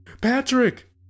Patrick